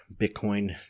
Bitcoin